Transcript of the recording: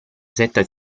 setta